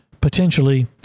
potentially